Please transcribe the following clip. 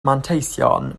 manteision